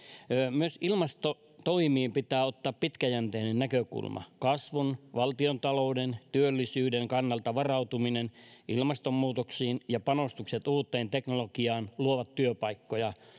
myös ilmastotoimiin pitää ottaa pitkäjänteinen näkökulma kasvun valtiontalouden työllisyyden kannalta varautuminen ilmastonmuutoksiin ja panostukset uuteen teknologiaan luovat työpaikkoja